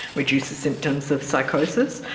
reduces symptoms of psychosis,